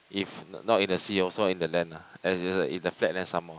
if not in the sea also in the land ah as in the flat land some more